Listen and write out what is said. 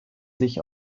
sich